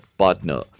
partner